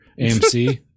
AMC